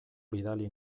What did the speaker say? bidali